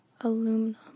aluminum